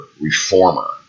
reformer